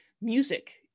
Music